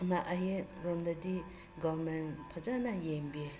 ꯑꯅꯥ ꯑꯌꯦꯛ ꯂꯣꯝꯗꯗꯤ ꯐꯣꯔꯃꯦꯟ ꯐꯖꯅ ꯌꯦꯡꯕꯤꯌꯦ